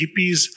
hippies